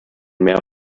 mehr